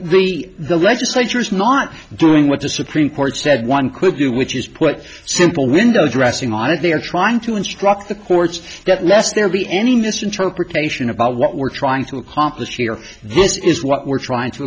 the the legislature is not doing what the supreme court said one could do which is put simple window dressing on it they are trying to instruct the courts that lest there be any misinterpretation about what we're trying to accomplish here this is what we're trying to